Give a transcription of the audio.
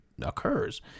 occurs